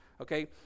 Okay